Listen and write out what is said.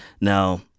Now